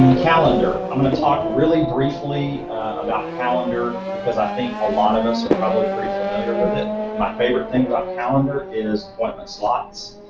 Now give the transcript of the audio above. and calendar, i'm going to talk really briefly about calendar, because i think a lot of us are probably pretty familiar with it. my favorite thing about calendar is appointment slots.